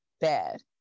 bad